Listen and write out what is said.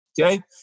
okay